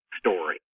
story